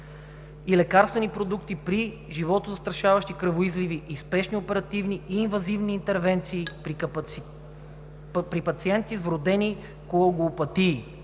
„и лекарствени продукти при животозастрашаващи кръвоизливи и спешни оперативни и инвазивни интервенции при пациенти с вродени коагулопатии“.